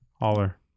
Holler